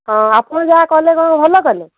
ହଁ ଆପଣ ଯାହା କଲେ କ'ଣ ଭଲ କଲେ